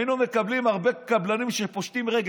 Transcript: היינו מקבלים הרבה קבלנים שפושטים רגל,